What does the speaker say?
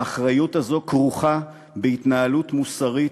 האחריות הזו כרוכה בהתנהלות מוסרית,